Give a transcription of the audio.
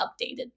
updated